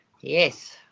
Yes